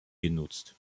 genutzt